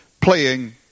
playing